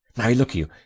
marry, look you,